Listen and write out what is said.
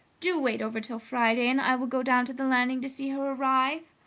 do wait over till friday, and i will go down to the landing to see her arrive!